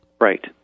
Right